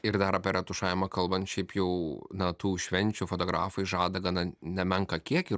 ir dar apie retušavimą kalbant šiaip jau na tų švenčių fotografai žada gana nemenką kiekį